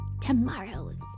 tomorrows